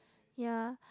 ya